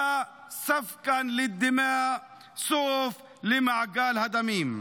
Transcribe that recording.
(אומר בערבית: סוף למעגל הדמים.)